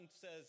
says